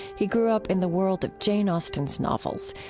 he grew up in the world of jane austen's novels,